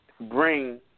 Bring